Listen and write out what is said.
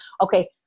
okay